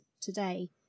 today